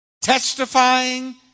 testifying